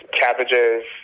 cabbages